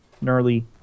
gnarly